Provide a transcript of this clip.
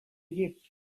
egypt